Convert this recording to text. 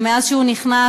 שמאז שהוא נכנס,